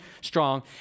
strong